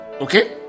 Okay